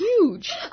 huge